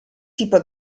tipo